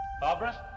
Barbara